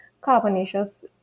carbonaceous